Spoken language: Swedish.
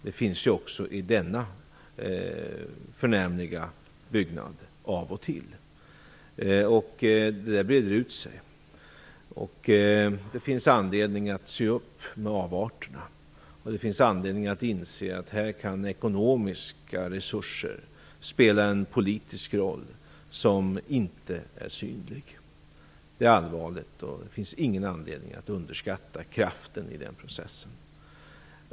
Det finns också i denna förnämliga byggnad av och till. Det där breder ut sig. Det finns anledning att se upp med avarterna, och det finns anledning att inse att ekonomiska resurser här kan spela en politisk roll som inte är synlig. Det är allvarligt, och det finns ingen anledning att underskatta kraften i den processen.